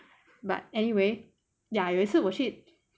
but anyway ya 有一次我去